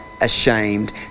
Ashamed